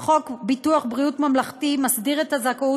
"חוק ביטוח בריאות ממלכתי מסדיר את הזכאות